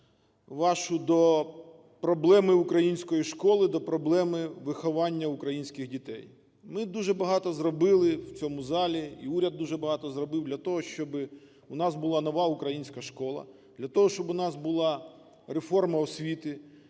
вашу до проблеми української школи, до проблеми виховання українських дітей. Ми дуже багато зробили в цьому залі і уряд дуже багато зробив для того, щоби у нас була нова українська школа, для того, щоби у нас була реформа освіти.